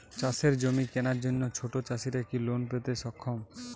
চাষের জমি কেনার জন্য ছোট চাষীরা কি লোন পেতে সক্ষম?